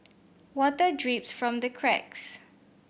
water drips from the cracks